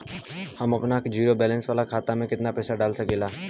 हम आपन zero balance वाला खाता मे केतना पईसा डाल सकेला?